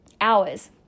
hours